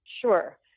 Sure